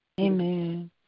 Amen